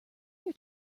your